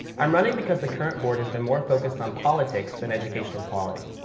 i'm running because the current board has been more focused on politics than educational quality.